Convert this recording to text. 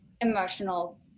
emotional